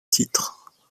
titres